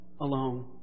Alone